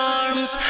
arms